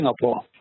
Singapore